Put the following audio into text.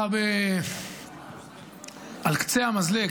על קצה המזלג,